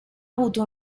avuto